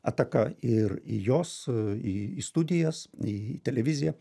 ataka ir į jos į studijas į televiziją